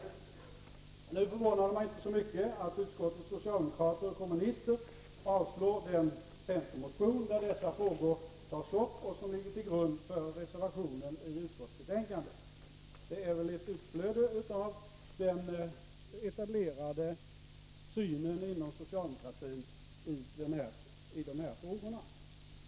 Det förvånar mig inte så mycket att utskottets socialdemokrater och kommunister avstyrker den centermotion där dessa frågor tas upp och som ligger till grund för reservationen i utskottsbetänkandet. Det är väl ett utflöde av den etablerade synen inom socialdemokratin i de här frågorna.